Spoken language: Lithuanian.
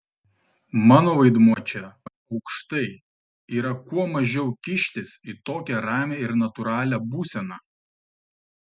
mano vaidmuo čia aukštai yra kuo mažiau kištis į tokią ramią ir natūralią būseną